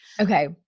Okay